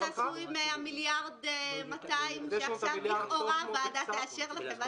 מה תעשו עם 100 מיליארד 200 שעכשיו לכאורה הוועדה תאשר לכם?